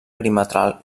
perimetral